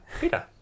Peter